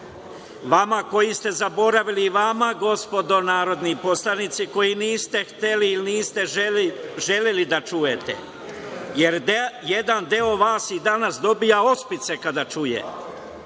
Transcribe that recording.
vama koji ste zaboravili, vama gospodo narodni poslanici, koji niste hteli ili niste želeli da čujete, jedan deo vas i danas dobija ospice kada čuje